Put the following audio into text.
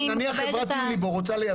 נניח חברת יוניבו רוצה לייבא,